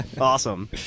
Awesome